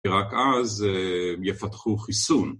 כי רק אז יפתחו חיסון.